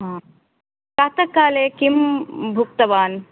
हा प्रातःकाले किं भुक्तवान्